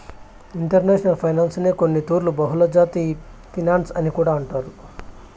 international ఫైనాన్సునే కొన్నితూర్లు బహుళజాతి ఫినన్సు అని కూడా అంటారు